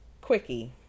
Quickie